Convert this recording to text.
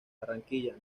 barranquilla